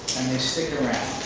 and they stick around.